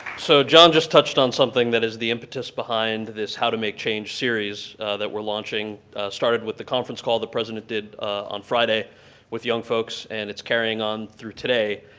so jon just touched on something that is the impetus behind this how to make change series that we're launching. it started with the conference call the president did on friday with young folks and it's carrying on through today.